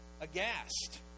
aghast